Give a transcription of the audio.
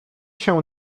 się